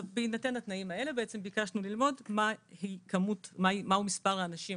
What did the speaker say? בהינתן התנאים האלה ביקשנו ללמוד מהו מספר האנשים